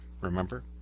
Remember